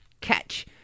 catch